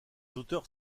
auteurs